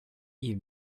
you